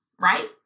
right